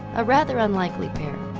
a rather unlikely pair.